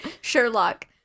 Sherlock